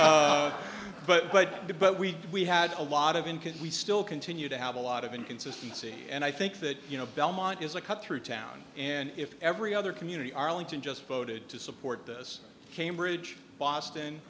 but but but we did we had a lot of in can we still continue to have a lot of inconsistency and i think that you know belmont is a cut through town and if every other community arlington just voted to support this cambridge boston